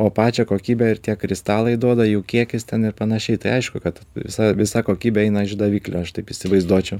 o pačią kokybę ir tie kristalai duoda jų kiekis ten ir panašiai tai aišku kad visa visa kokybė eina iš daviklio aš taip įsivaizduočiau